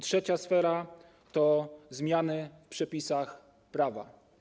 Trzecia sfera to zmiany w przepisach prawa.